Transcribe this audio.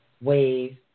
wave